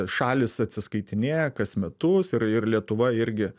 šalys atsiskaitinėja kas metus ir ir lietuva irgi